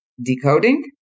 decoding